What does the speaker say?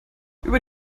über